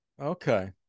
okay